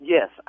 Yes